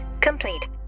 complete